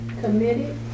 Committed